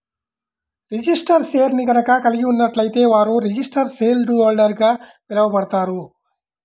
registered షేర్ని గనక కలిగి ఉన్నట్లయితే వారు రిజిస్టర్డ్ షేర్హోల్డర్గా పిలవబడతారు